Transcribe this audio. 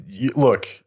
Look